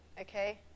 okay